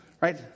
Right